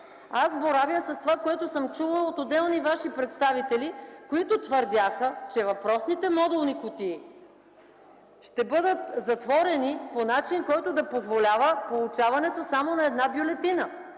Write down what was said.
Аз боравя с това, което съм чула от отделни ваши представители, които твърдяха, че въпросните модулни кутии ще бъдат затворени по начин, който да позволява получаването само на една бюлетина.